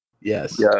yes